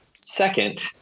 Second